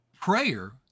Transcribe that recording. prayer